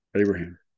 abraham